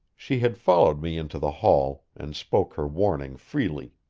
she had followed me into the hall, and spoke her warning freely.